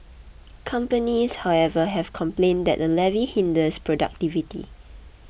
companies however have complained that the levy hinders productivity